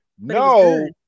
No